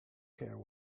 care